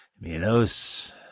Minos